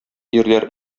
ирләр